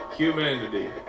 humanity